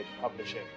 Publishing